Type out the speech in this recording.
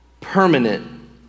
permanent